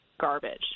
garbage